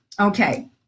Okay